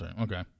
Okay